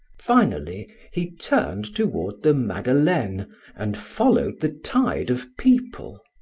finally he turned toward the madeleine and followed the tide of people.